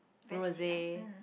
rose